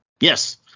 Yes